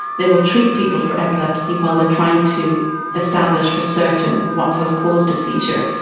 they will treat people for epilepsy while they are trying to establish for certain what has caused a seizure.